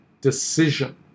decision